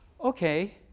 okay